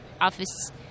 office